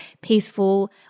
peaceful